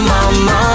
Mama